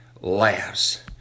laughs